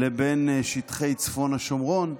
לבין שטחי צפון השומרון,